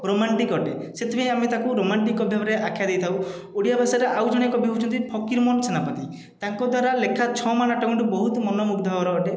romantic ଅଟେ ସେଥିପାଇଁ ଆମେ ତାଙ୍କୁ ରୋମାଣ୍ଟିକ କବି ଭାବରେ ଆଖ୍ୟା ଦେଇଥାଉ ଓଡ଼ିଆ ଭାଷାରେ ଆଉ ଜଣେ କବି ହେଉଛନ୍ତି ଫକିର ମୋହନ ସେନାପତି ତାଙ୍କ ଦ୍ଵାରା ଲେଖା ଛଅ ମାଣ ଆଠ ଗୁଣ୍ଠ ବହୁତ ମନୋମୁଗ୍ଧକର ଅଟେ